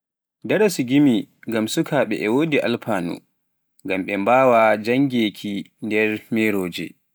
Daarasu gimi ngam suukaaɓe e wodi alfaanu, ngam ɓe mbawa janngeeki nder meroje.